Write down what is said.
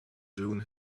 dune